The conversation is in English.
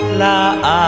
la